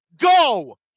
go